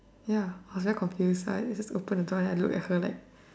ya I was very confused like just open the door then I look at her like